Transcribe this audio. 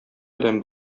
белән